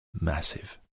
massive